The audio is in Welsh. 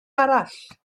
arall